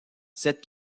cette